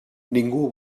ningú